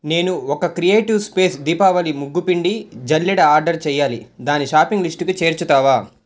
నేను ఒక creative space Deepavali ముగ్గుపిండి జల్లెడ ఆర్డర్ చేయాలి దాన్ని షాపింగ్ లిస్టుకి చేర్చుతావా